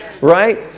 Right